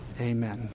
amen